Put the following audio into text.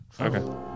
Okay